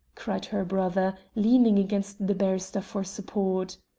cried her brother, leaning against the barrister for support.